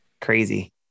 crazy